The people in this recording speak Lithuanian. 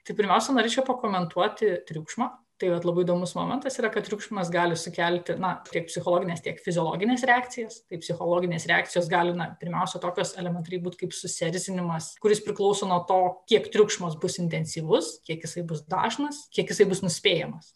tai pirmiausia norėčiau pakomentuoti triukšmą tai vat labai įdomus momentas yra kad triukšmas gali sukelti na tiek psichologines tiek fiziologines reakcijąs tap psichologinės reakcijos gali na pirmiausia tokios elemntariai būt kaip susierzinimas kuris priklauso nuo to kiek triukšmaus bus intensyvus kiek jisai bus dažnas kiek jisai bus nuspėjamas